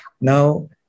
Now